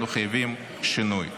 אנחנו חייבים שינוי,